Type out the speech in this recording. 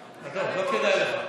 עזוב, לא כדאי לך.